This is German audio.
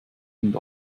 und